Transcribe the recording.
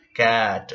cat